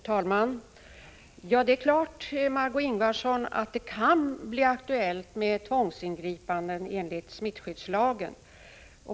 Fru talman! Det är klart, Margö Ingvardsson, att det kan bli aktuellt med tvångsingripande enligt smittskyddslagen.